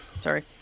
Sorry